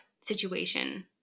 situation